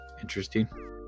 interesting